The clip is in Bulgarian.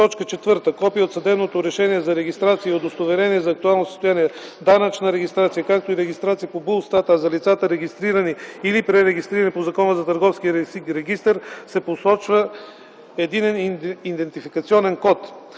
копие от съдебното решение за регистрация и удостоверение за актуално състояние, данъчна регистрация, както и регистрация по БУЛСТАТ, а за лицата, регистрирани или пререгистрирани по Закона за търговския регистър, се посочва ЕИК; 5. документ,